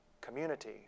community